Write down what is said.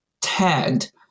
tagged